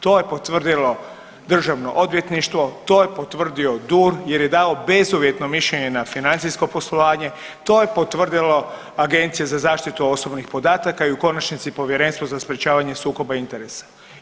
To je potvrdilo državno odvjetništvo, to je potvrdio DUR jer je dao bezuvjetno mišljenje na financijsko poslovanje, to je potvrdilo Agencija za zaštitu osobnih podataka i u konačnici Povjerenstvo za sprečavanje sukoba interesa.